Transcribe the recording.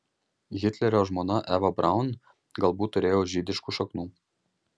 hitlerio žmona eva braun galbūt turėjo žydiškų šaknų